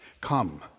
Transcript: Come